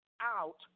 out